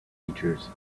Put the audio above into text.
features